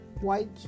white